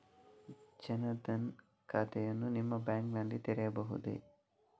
ಜನ ದನ್ ಖಾತೆಯನ್ನು ನಿಮ್ಮ ಬ್ಯಾಂಕ್ ನಲ್ಲಿ ತೆರೆಯಬಹುದೇ?